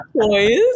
toys